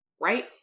right